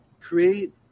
create